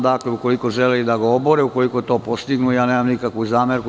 Dakle, ukoliko žele da ga obore, ukoliko to postignu, ja nemam nikakvu zamerku.